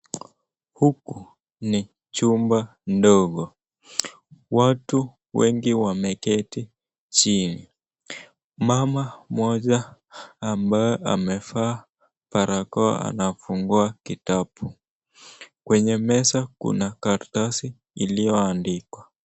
Huku ni chumba ndogo. Watu wengi wameketi chini. Mama mmoja ambaye amevaa barakoa anafungua kitabu. Kwenye meza kuna karatasi ilioandikwa.